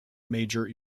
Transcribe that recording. major